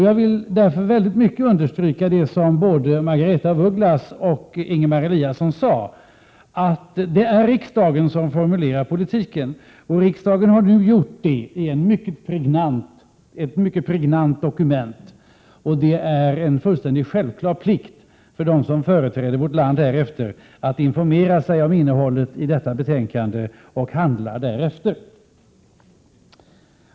Jag vill därför kraftigt understryka det som både Margaretha af Ugglas och Ingemar Eliasson sade, att det är riksdagen som formulerar politiken. Riksdagen har nu gjort det i ett mycket pregnant dokument. Det är en fullständigt självklar plikt för dem som företräder vårt land att informera sig om innehållet i detta betänkande och handla därefter.